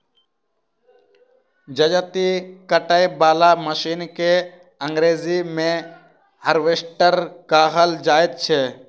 जजाती काटय बला मशीन के अंग्रेजी मे हार्वेस्टर कहल जाइत छै